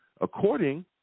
According